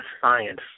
science